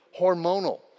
hormonal